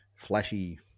flashy